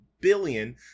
billion